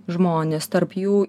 žmonės tarp jų